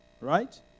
Right